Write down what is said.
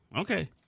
Okay